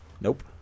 Nope